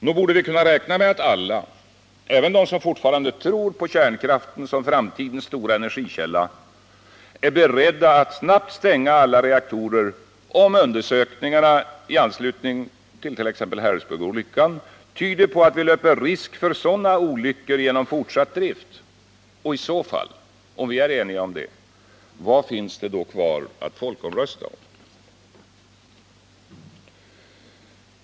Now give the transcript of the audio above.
Nog borde vi kunna räkna med att alla — även de som fortfarande tror på kärnkraften som framtidens stora energikälla — är beredda att snabbt stänga alla reaktorer, om undersökningarna i anslutning till exempelvis Harrisburgolyckan tyder på att vi löper risk för sådana olyckor genom fortsatt drift. Och i så fall — om vi är eniga om det — vad finns det då kvar att folkomrösta om?